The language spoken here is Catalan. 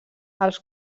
els